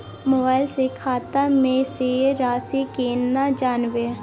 Mobile से खाता में शेस राशि केना जानबे?